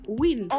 win